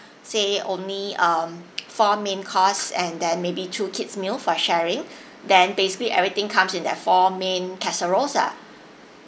say only um four main course and then maybe two kids meal for sharing then basically everything comes in that four main casseroles ah